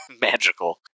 Magical